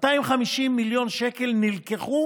250 מיליון שקל נלקחו